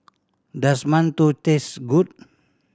does mantou taste good